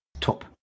top